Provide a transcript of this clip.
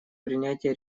принятия